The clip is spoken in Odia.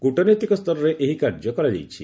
କ୍ୱଟନୈତିକ ସ୍ତରରେ ଏହି କାର୍ଯ୍ୟ କରାଯାଇଛି